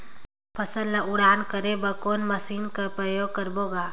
फसल ल उड़ान करे बर कोन मशीन कर प्रयोग करबो ग?